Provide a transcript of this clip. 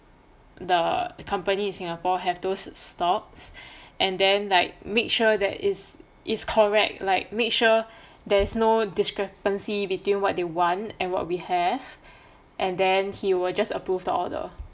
the company in singapore have those stocks and then like make sure that is is correct like make sure there is no discrepancy between what they want and what we have and then he will just approve the order